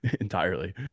entirely